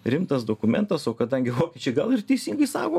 rimtas dokumentas o kadangi vokiečiai gal ir teisingai sako